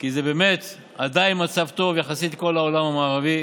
זה באמת עדיין מצב טוב יחסית לכל העולם המערבי.